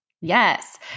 Yes